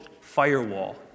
firewall